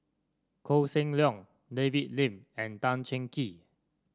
Koh Seng Leong David Lim and Tan Cheng Kee